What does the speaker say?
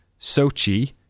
Sochi